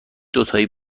دوتایی